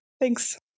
Thanks